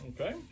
Okay